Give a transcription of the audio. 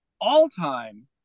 all-time